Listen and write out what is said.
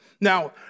Now